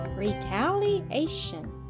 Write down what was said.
RETALIATION